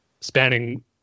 spanning